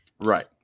Right